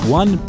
one